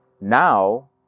Now